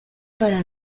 para